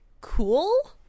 cool